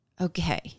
Okay